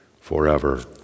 forever